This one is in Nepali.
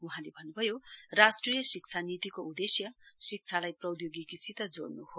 वहाँले भन्न्भयो राष्ट्रिय शिक्षा नीतिको उद्देश्य शिक्षालाई प्रौद्योगिकीसित जोइन् हो